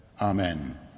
Amen